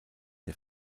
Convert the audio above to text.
der